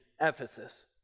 Ephesus